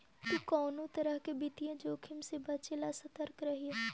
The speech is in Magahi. तु कउनो तरह के वित्तीय जोखिम से बचे ला सतर्क रहिये